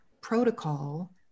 protocol